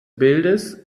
bildes